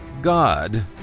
God